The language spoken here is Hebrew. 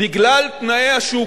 בגלל תנאי השוק,